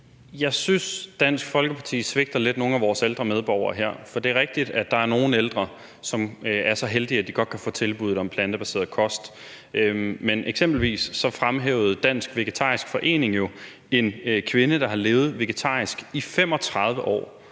Jeg synes, at Dansk Folkeparti svigter nogle af vores ældre medborgere lidt her. For det er rigtigt, at der er nogle ældre, som er så heldige, at de godt kan få tilbuddet om plantebaseret kost, men eksempelvis fremhævede Dansk Vegetarisk Forening jo en kvinde, der har levet vegetarisk i 35 år.